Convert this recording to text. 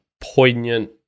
poignant